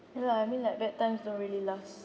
ya lah I mean like bad times don't really last